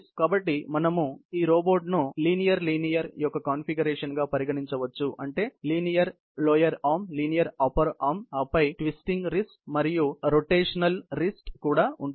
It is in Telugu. కాబట్టి మేము ఈ రోబోట్ను LL యొక్క కాన్ఫిగరేషన్గా పరిగణించవచ్చు అంటే linear lower arm linear upper arm ఆపై ట్విస్టింగ్ రిస్ట్ మరియు రోటేషనల్ రిస్ట్ కూడా ఉంటుంది